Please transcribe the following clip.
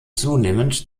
zunehmend